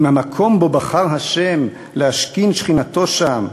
עם המקום שבו בחר השם להשכין שכינתו שם,